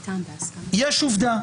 יש עובדה.